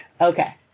Okay